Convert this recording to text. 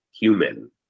human